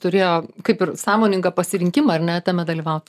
turėjo kaip ir sąmoningą pasirinkimą ar ne tame dalyvaut